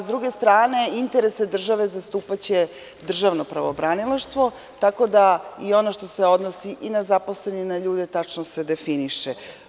S druge strane, interese države zastupaće Državno prvobranilaštvo tako da i ono što se odnosi i na zaposlene i na ljude, tačno se definiše.